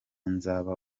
nzaba